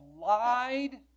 lied